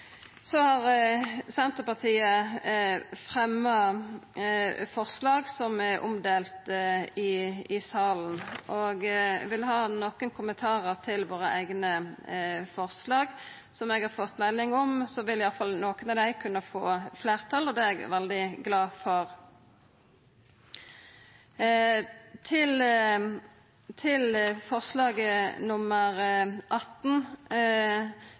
Så har Senterpartiet fremja forslag som er omdelte i salen, og eg har nokre kommentarar til våre eigne forslag. Som eg har fått melding om, vil iallfall nokre av dei kunna få fleirtal, og det er eg veldig glad for. I forslag nr. 18